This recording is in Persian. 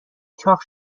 چاق